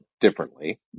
differently